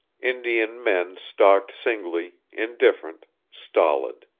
indian men stalked singly, indifferent, stolid.